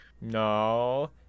No